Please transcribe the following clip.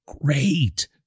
Great